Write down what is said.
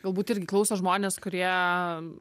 galbūt irgi klauso žmonės kurie